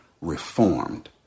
reformed